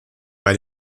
bei